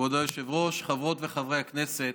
כבוד היושב-ראש, חברות וחברי הכנסת,